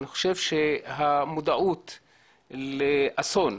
אני חושב שהמודעות לאסון,